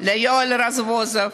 ליואל רזבוזוב,